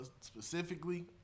Specifically